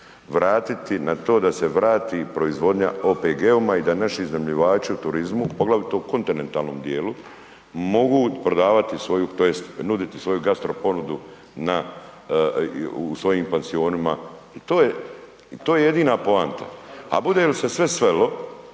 vratiti na to da se vrati proizvodnja OPG-ovima i da naši iznajmljivači u turizmu poglavito u kontinetalnom dijelu mogu prodavati svoju tj. nuditi svoju gastro ponudu na u svojim pansionima. I to je jedina poanta, a bude li se sve svelo,